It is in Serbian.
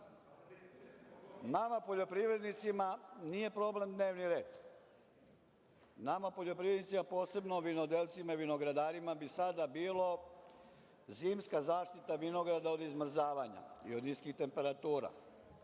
poljoprivrednicima nije problem dnevni red. Nama poljoprivrednicima, posebno vinodelcima i vinogradarima bi sada bilo zimska zaštita vinograda od zamrzavanja i od niskih temperatura,